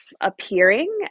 appearing